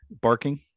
barking